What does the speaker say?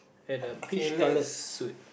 at a peach coloured suit